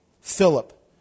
Philip